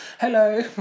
Hello